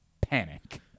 panic